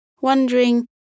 wondering